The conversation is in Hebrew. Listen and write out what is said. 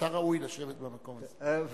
אתה ראוי לשבת במקום הזה.